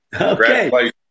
Okay